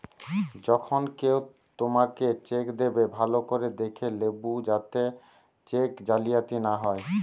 যখন কেও তোমাকে চেক দেবে, ভালো করে দেখে লেবু যাতে চেক জালিয়াতি না হয়